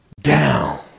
down